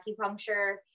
acupuncture